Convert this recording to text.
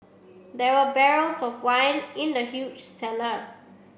there were barrels of wine in the huge cellar